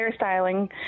hairstyling